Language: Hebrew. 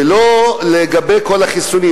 ולא לגבי כל החיסונים.